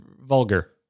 vulgar